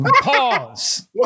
pause